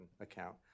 account